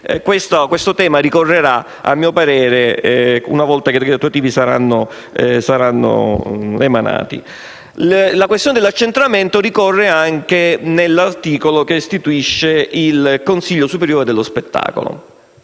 questo tema ricorrerà, a mio parere, una volta emanati i decreti attuativi. La questione dell'accentramento ricorre anche nell'articolo che istituisce il Consiglio superiore dello spettacolo.